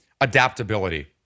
adaptability